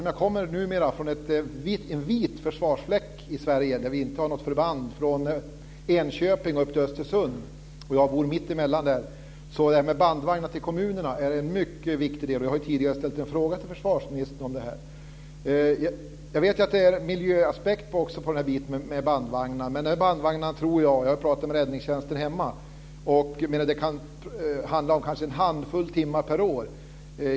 Jag kommer från en numera vit försvarsfläck i Sverige, där det inte finns något förband från Enköping upp till Östersund. Jag bor mittemellan. Frågan om bandvagnar till kommunerna är därför mycket viktig. Jag har tidigare ställt en fråga till försvarsministern om det. Jag vet att det också finns miljöaspekter i fråga om bandvagnar. Jag har pratat med räddningstjänsten hemma, och det kan handla om en handfull timmar per år.